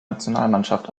nationalmannschaft